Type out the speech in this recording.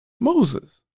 Moses